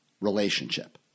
relationship